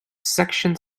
section